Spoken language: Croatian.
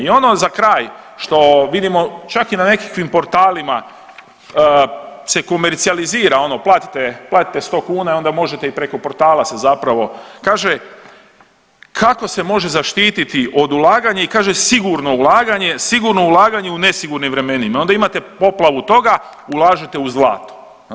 I ono za kraj što vidimo čak i na nekakvim portalima se komercijalizira ono platite 100 kuna i onda možete i preko portala se zapravo, kaže kako se može zaštiti od ulaganja i kaže sigurno ulaganje, sigurno ulaganje u nesigurnim vremenima, onda imate poplavu toga ulažite u zlato.